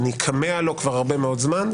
אני כמה לו כבר הרבה מאוד זמן,